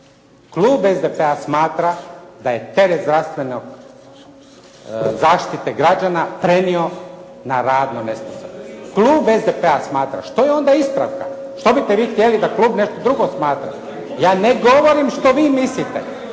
Klub SDP-a smatra da je teret zdravstvenog zaštite građana prenio na radno nesposobne. Klub SDP-a smatra. Što je onda ispravka? Što biste vi htjeli, da klub nešto drugo smatra? Ja ne govorim što vi mislite.